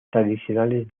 tradicionales